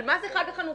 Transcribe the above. על מה זה חג החנוכה?